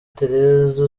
tereza